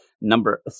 Number